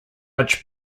much